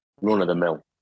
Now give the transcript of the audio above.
run-of-the-mill